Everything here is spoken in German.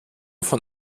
von